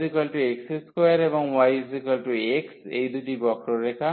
সুতরাং আমাদের yx2 এবং yx এই দুটি বক্ররেখা